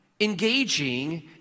engaging